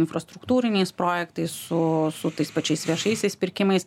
infrastruktūriniais projektais su su tais pačiais viešaisiais pirkimais